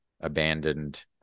abandoned